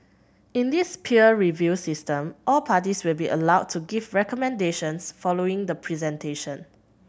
in this peer review system all parties will be allowed to give recommendations following the presentation